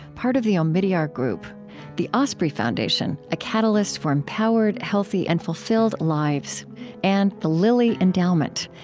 part of the omidyar group the osprey foundation a catalyst for empowered, healthy, and fulfilled lives and the lilly endowment,